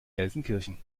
gelsenkirchen